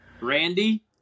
Randy